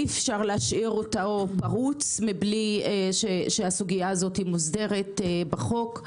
אי אפשר להשאיר אותו פרוץ בלי שהסוגיה הזאת מוסדרת בחוק.